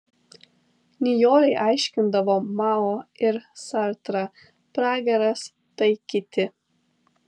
nijolei aiškindavo mao ir sartrą pragaras tai kiti